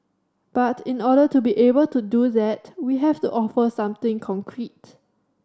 but in order to be able to do that we have to offer something concrete